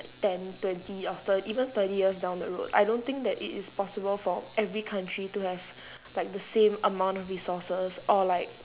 ten twenty or thir~ even thirty years down the road I don't think that it is possible for every country to have like the same amount of resources or like